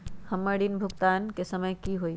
हमर ऋण भुगतान के समय कि होई?